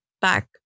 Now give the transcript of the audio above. Back